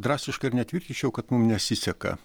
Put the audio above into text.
drastiškai ir netvirtinčiau kad mum nesiseka